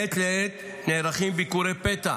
מעת לעת נערכים ביקורי פתע